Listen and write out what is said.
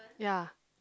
ya